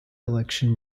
election